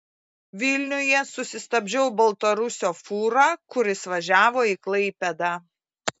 vilniuje susistabdžiau baltarusio fūrą kuris važiavo į klaipėdą